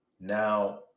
now